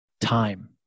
time